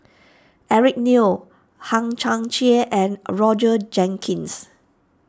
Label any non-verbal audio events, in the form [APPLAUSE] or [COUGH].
Eric Neo Hang Chang Chieh and [UNINTELLIGIBLE] Jenkins